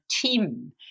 team